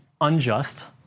unjust